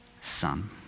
Son